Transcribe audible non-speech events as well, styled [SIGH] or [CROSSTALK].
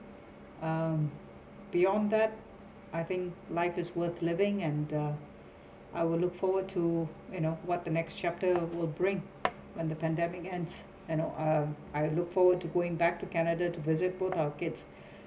um beyond that I think life is worth living and the I will look forward to you know what the next chapter will bring when the pandemic ends you know I I look forward to going back to canada to visit both our kids [BREATH]